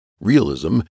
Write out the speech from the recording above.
Realism